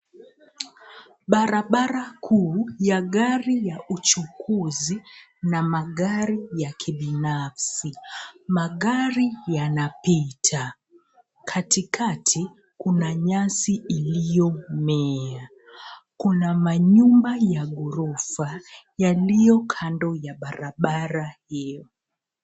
Barabara kuu ya gari ya uchukuzi na magari ya kibinafsi, magari yanapita. Katikati kuna nyasi iliyomea, kuna manyumba ya ghorofa yaliyo kando ya barabara hio.